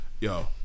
Yo